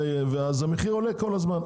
ואז המחיר כל הזמן עולה.